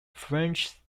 french